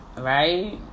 Right